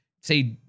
say